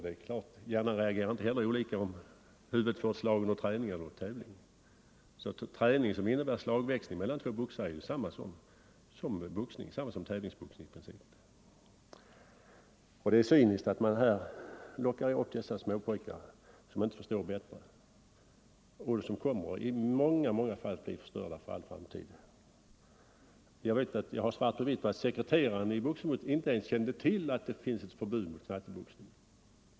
Det är klart att hjärnan inte reagerar olika om huvudet får ett slag under tävling eller vid träning. Träning som innebär slagväxling mellan två boxare är i princip samma sak som tävlingsboxning. Det är cyniskt att locka småpojkar som inte förstår bättre och som i många fall kommer att bli förstörda för all framtid att boxas. Jag har svart på vitt på att sekreteraren i Boxningsförbundet inte ens kände till att det fanns ett förbud mot knatteboxning.